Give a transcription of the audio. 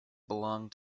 belonging